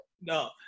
No